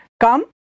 Come